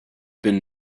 been